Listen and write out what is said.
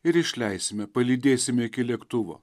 ir išleisime palydėsime iki lėktuvo